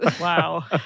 Wow